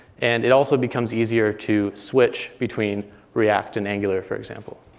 and it also becomes easier to switch between react and angular, for example.